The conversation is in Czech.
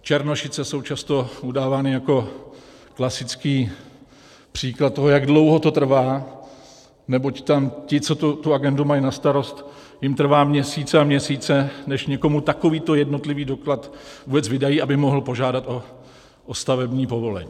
Černošice jsou často udávány jako klasický příklad toho, jak dlouho to trvá, neboť tam ti, co tu agendu mají na starost, jim trvá měsíce a měsíce, než někomu takovýto jednotlivý doklad vůbec vydají, aby mohl požádat o stavební povolení.